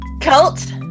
Cult